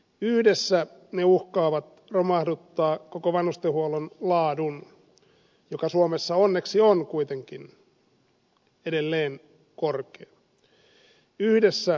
yhdessä ne uhkaavat romahduttaa koko vanhustenhuollon laadun joka suomessa onneksi on kuitenkin edelleen korkea